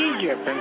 Egypt